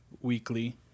weekly